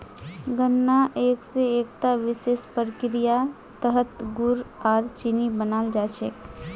गन्ना स एकता विशेष प्रक्रियार तहतत गुड़ आर चीनी बनाल जा छेक